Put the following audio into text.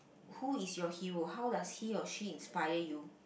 who is your hero how does he or she inspire you